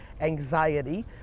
anxiety